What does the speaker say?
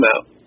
out